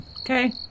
okay